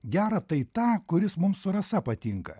gerą tai tą kuris mums su rasa patinka